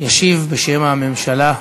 ישיב בשם הממשלה,